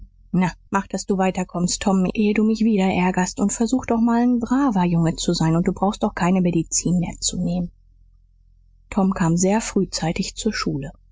na mach daß du weiter kommst tom ehe du mich wieder ärgerst und versuch doch mal n braver junge zu sein und du brauchst auch keine medizin mehr zu nehmen tom kam sehr frühzeitig zur schule